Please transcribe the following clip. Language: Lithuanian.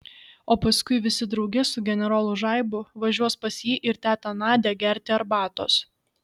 o paskui visi drauge su generolu žaibu važiuos pas jį ir tetą nadią gerti arbatos